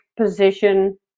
position